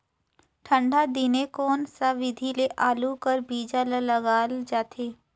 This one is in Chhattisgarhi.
ठंडा दिने कोन सा विधि ले आलू कर बीजा ल लगाल जाथे?